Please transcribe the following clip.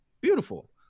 beautiful